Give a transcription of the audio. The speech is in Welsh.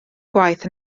gwaith